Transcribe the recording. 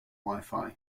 wifi